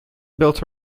built